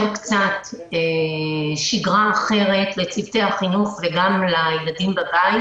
קצת שגרה אחרת לצוותי החינוך וגם לילדים בבית,